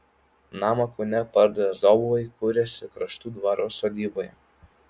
namą kaune pardavę zobovai kuriasi kraštų dvaro sodyboje